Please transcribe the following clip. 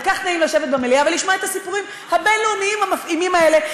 כל כך נעים לשבת במליאה ולשמוע את הסיפורים הבין-לאומיים המפעימים האלה,